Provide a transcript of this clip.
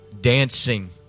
dancing